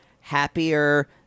happier